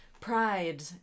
pride